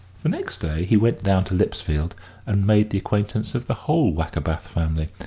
the next day he went down to lipsfield and made the acquaintance of the whole wackerbath family,